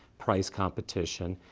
price competition,